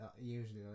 usually